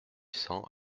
cents